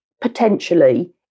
potentially